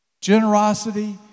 generosity